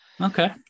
Okay